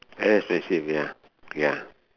very expensive ya ya